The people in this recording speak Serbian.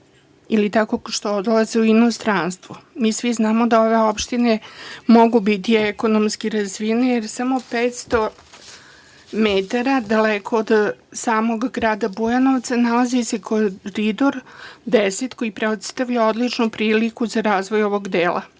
ili tako što odlaze u inostranstvo. Mi svi znamo da ove opštine mogu biti ekonomski razvijene, jer samo 500 metara daleko od samog grada Bujanovca nalazi se Koridor 10 koji predstavlja odličnu priliku za razvoj ovog